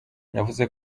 yavuze